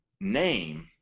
name